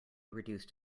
reduced